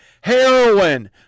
heroin